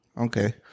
okay